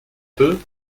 peu